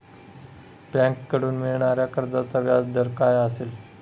बँकेकडून मिळणाऱ्या कर्जाचा व्याजदर काय असेल?